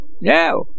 No